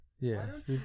Yes